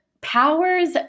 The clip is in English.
powers